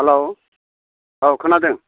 hello औ खोनादों